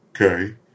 Okay